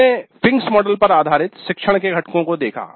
हमने Fink's model पर आधारित शिक्षण के घटकों को देखा